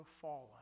fallen